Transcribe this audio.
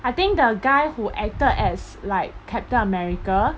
I think the guy who acted as like captain america